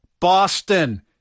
Boston